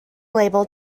labelled